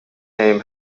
name